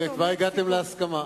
כבר הגעתם להסכמה.